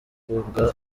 kunga